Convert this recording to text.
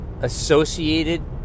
associated